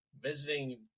visiting